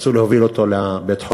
ניסו להוביל אותו לבית-חולים,